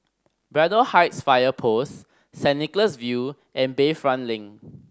Braddell Heights Fire Post Saint Nicholas View and Bayfront Link